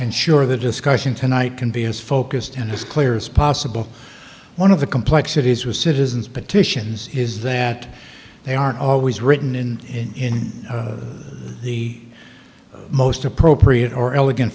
ensure the discussion tonight can be as focused and this clear is possible one of the complexities with citizens petitions is that they aren't always written in the most appropriate or elegant